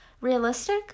realistic